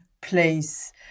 place